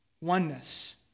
oneness